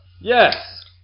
yes